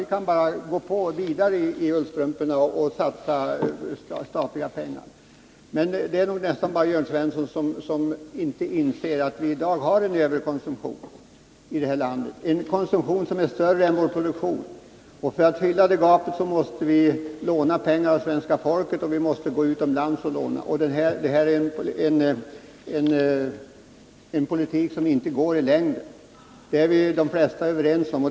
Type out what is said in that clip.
Vi kan enligt Jörn Svensson gå på i ullstrumporna och satsa statliga pengar. Det är nog nästan bara Jörn Svensson som inte inser att vi i detta land i dag har en överkonsumtion — en konsumtion som är större än vår produktion. För att fylla det gapet måste vi låna pengar både av svenska folket och i utlandet. Detta är en politik som inte håller i längden. Det är de flesta överens om.